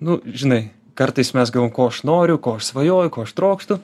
nu žinai kartais mes galvojam ko aš noriu ko aš svajoju ko aš trokštu